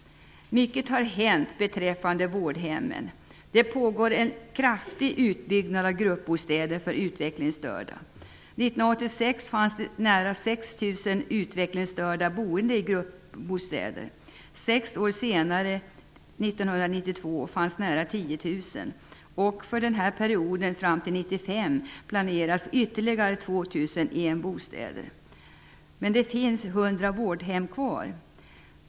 Mycket har hänt beträffande vårdhemmen. Det pågår en kraftig utbyggnad av gruppbostäder för utvecklingsstörda. 1986 fanns det nära 6 000 utvecklingsstörda boende i gruppbostäder. Sex år senare, 1992, fanns det nära 10 000. För perioden fram till 1995 planeras ytterligare 2 100 bostäder. Det finns 100 vårdhem kvar.